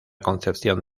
concepción